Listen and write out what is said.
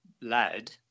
lad